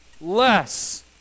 less